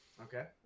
Okay